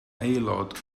aelod